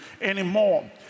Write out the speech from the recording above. anymore